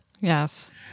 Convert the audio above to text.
Yes